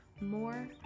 more